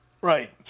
Right